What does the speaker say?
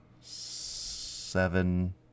seven